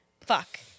fuck